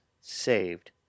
saved